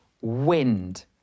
wind